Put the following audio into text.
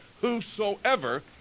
whosoever